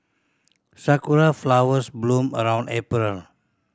sakura flowers bloom around April